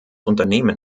unternehmen